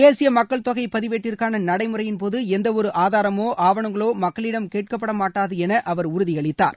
தேசிய மக்கள் தொகை பதிவேட்டிற்கான நடைமுறையின்போது எந்த ஒரு ஆதாரமோ அவணங்களோ மக்களிடம் கேட்கப்பட மாட்டாது என அவர் உறுதியளித்தார்